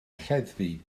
lleddfu